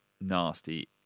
nasty